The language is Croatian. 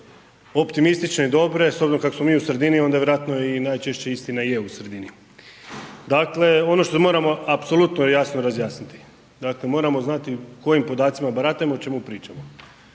optimistične i dobre, s obzirom kako smo mi u sredini onda vjerojatno i najčešće i istina i je u sredini. Dakle ono što moramo apsolutno i jasno razjasniti, dakle moramo znati kojim podacima baratamo i o čemu pričamo.